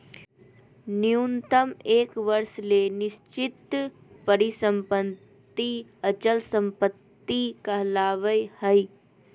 न्यूनतम एक वर्ष ले निश्चित परिसम्पत्ति अचल संपत्ति कहलावय हय